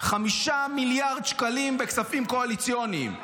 5 מיליארד שקלים בכספים קואליציוניים.